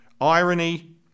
irony